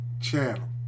channel